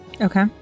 Okay